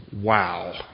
Wow